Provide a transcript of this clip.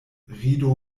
rido